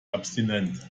abstinent